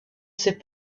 ses